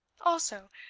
also,